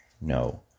no